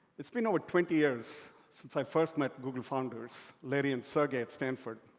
it's been over twenty years since i first met google founders larry and sergey at stanford.